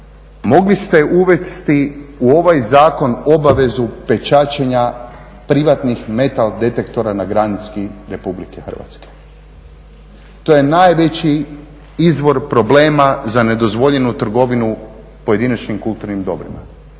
Mogli ste uvesti u ovaj zakon obavezu pečaćenja privatnih metal detektora na granici Republike Hrvatske. To je najveći izvor problema za nedozvoljenu trgovinu pojedinačnim kulturnim dobrima.